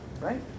Right